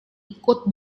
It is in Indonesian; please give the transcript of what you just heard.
ikut